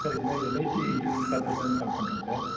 sir இதுமாதிரி LIC insurance கார்ப்பரேஷனில் இருந்து கால் பண்ணுறேன் சார்